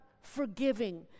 forgiving